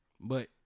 But-